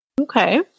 Okay